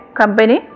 company